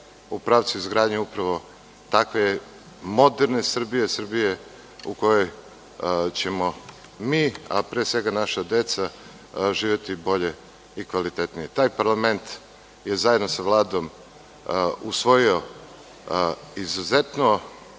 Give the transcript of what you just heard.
u pravcu izgradnje upravo takve moderne Srbije, Srbije u kojoj ćemo mi, a pre svega naša deca živeti bolje i kvalitetnije. Taj parlament je zajedno sa Vladom usvojio izuzetno